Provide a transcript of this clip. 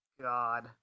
God